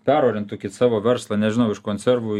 perorientuokit savo verslą nežinau iš konservų į